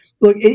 Look